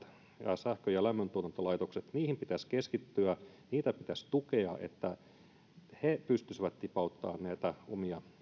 ja sähkön ja lämmöntuotantolaitoksiin pitäisi keskittyä ja niitä pitäisi tukea että ne pystyisivät tipauttamaan näitä omia